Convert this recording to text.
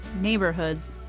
neighborhoods